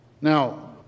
Now